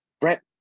Brett